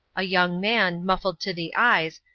a young man, muffled to the eyes,